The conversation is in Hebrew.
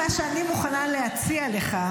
מה שאני מוכנה להציע לך